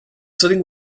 sitting